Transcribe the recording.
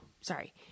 sorry